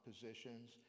positions